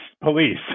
police